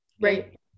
right